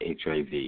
HIV